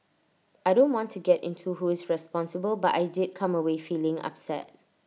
I don't want to get into who is responsible but I did come away feeling upset